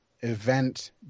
event